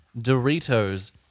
Doritos